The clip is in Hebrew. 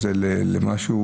להפוך למשהו.